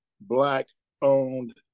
Black-owned